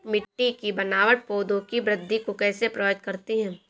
मिट्टी की बनावट पौधों की वृद्धि को कैसे प्रभावित करती है?